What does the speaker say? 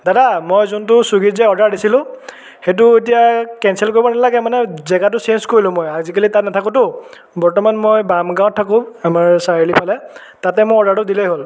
দাদা মই যোনটো ছুইগীত যে অৰ্ডাৰ দিছিলোঁ সেইটো এতিয়া কেঞ্চেল কৰিব নালাগে মানে জেগাটো চেঞ্জ কৰি ল'ম মই আজিকালি তাত নাথাকোতো বৰ্তমান মই বামগাঁৱত থাকোঁ আমাৰ চাৰিআলিৰ ফালে তাতে মোৰ অৰ্ডাৰটো দিলে হ'ল